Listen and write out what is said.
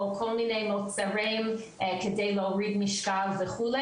או כל מיני מוצרים כדי להוריד משקל וכו',